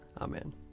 Amen